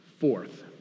Fourth